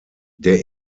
der